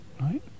right